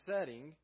setting